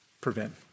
prevent